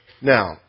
Now